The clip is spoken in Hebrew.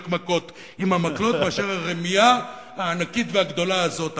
מכות עם המקלות מאשר הרמייה הענקית והגדולה הזאת,